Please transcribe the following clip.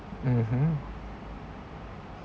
mmhmm